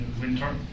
winter